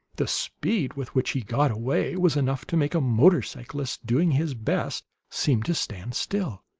the speed with which he got away was enough to make a motorcyclist, doing his best, seem to stand still.